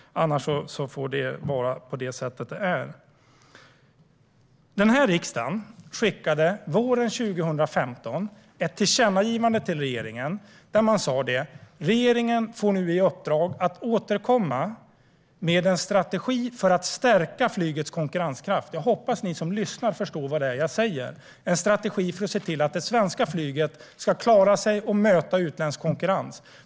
Annars får det vara som det är. Den här riksdagen skickade våren 2015 ett tillkännagivande till regeringen. Riksdagen sa att regeringen nu får i uppdrag att återkomma med en strategi för att stärka flygets konkurrenskraft. Jag hoppas att ni som lyssnar förstår vad jag säger. Det handlade om en strategi för att se till att det svenska flyget ska klara att möta utländsk konkurrens.